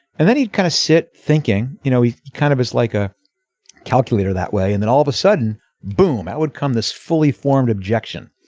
and then he'd kind of sit thinking you know he kind of is like a calculator that way and then all of a sudden boom i would come this fully formed objection